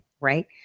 right